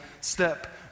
step